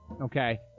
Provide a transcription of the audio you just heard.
Okay